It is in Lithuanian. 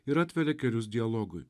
ir atveria kelius dialogui